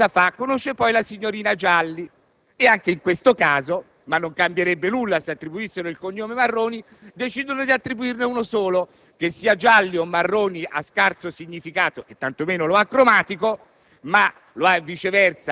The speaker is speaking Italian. Il signor Marroni conosce poi la signorina Gialli e anche in questo caso - ma non cambierebbe nulla se attribuissero il cognome Marroni - decidono di attribuirne uno solo. Che sia Gialli o Marroni ha scarso significato e tanto meno ne ha cromatico,